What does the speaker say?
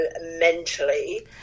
mentally